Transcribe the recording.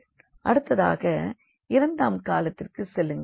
அடுத்ததாக இரண்டாம் காலத்திற்கு செல்லுங்கள்